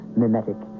mimetic